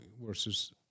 versus